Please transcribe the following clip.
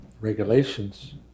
regulations